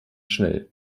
schnell